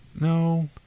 No